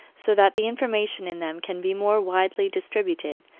so that the information in them can be more widely distributed,